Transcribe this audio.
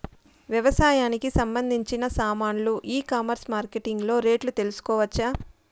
వ్యవసాయానికి సంబంధించిన సామాన్లు ఈ కామర్స్ మార్కెటింగ్ లో రేట్లు తెలుసుకోవచ్చా?